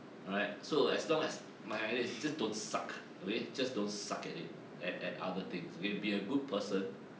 alright so as long as my idea is just don't suck okay just don't suck at it at at other things okay a good person